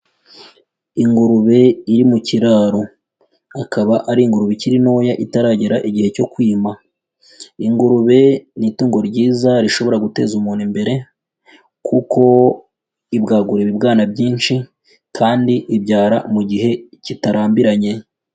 Ingurube iri mu kiraro. Akaba ari ingurube ikiri ntoya itaragera igihe cyo kwima. Ingurube ni itungo ryiza rishobora guteza umuntu imbere, kuko ibwagura ibibwana byinshi kandi ibyara mu gihe kitarambiranye.